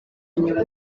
inyuma